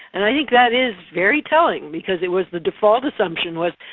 and i think that is very telling because it was the default assumption was,